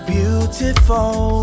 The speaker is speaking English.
Beautiful